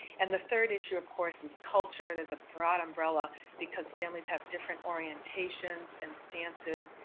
and the third issue, of course, is culture. there's a broad umbrella because families have different orientations and stances,